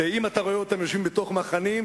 שאם הם רואים אותם יושבים בתוך מחנים,